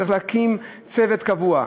צריך להקים צוות קבוע,